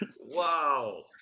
wow